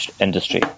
industry